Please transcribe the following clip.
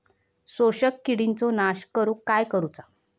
शोषक किडींचो नाश करूक काय करुचा?